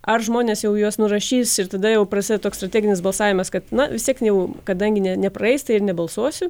ar žmonės jau juos nurašys ir tada jau prasideda toks strateginis balsavimas kad na vis tiek jau kadangi ne nepraeis tai ir nebalsuosiu